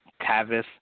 Tavis